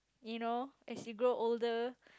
you know as you grow older